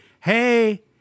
Hey